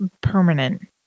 permanent